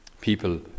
people